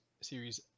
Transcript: Series